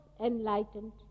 enlightened